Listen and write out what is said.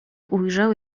ujrzał